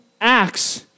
acts